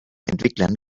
entwicklern